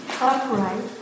upright